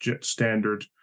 standard